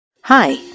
Hi